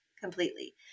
completely